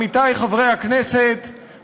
עמיתי חברי הכנסת,